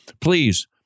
Please